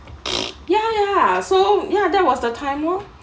ya ya so ya that was the time lor